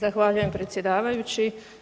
Zahvaljujem, predsjedavajući.